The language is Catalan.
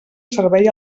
servei